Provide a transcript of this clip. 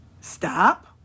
Stop